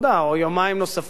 או יומיים נוספים,